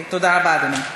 תודה רבה, אדוני.